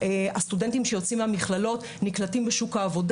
אתה ציינת את זה כבוד היושב ראש, אחרים נגעו בזה.